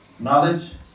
knowledge